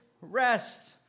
rest